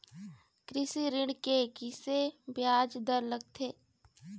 कृषि ऋण के किसे ब्याज दर लगथे?